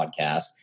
podcast